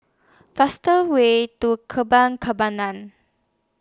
faster Way to Kembangan